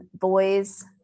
boys